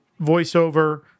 voiceover